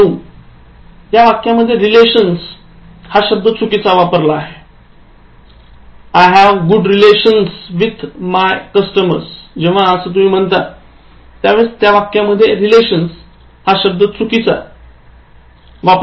९ यामध्ये relations हा शब्द चुकीचा वापरला आहे जेव्हा तुम्ही म्हणता I have good relations with my customers